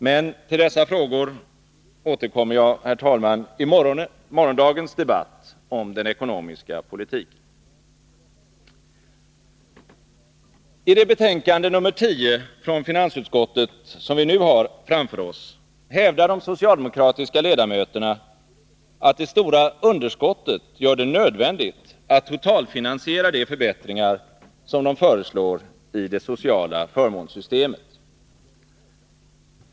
Men till dessa frågor återkommer jag, herr talman, i morgondagens debatt om den ekonomiska politiken. I betänkande nr 10 från finansutskottet, som vi nu har framför oss, hävdar de socialdemokratiska ledamöterna att det stora underskottet gör det nödvändigt att totalfinansiera de förbättringar som de föreslår i det sociala förmånssystemet.